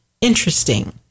interesting